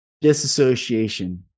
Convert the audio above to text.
disassociation